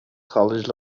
college